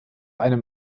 einem